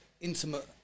intimate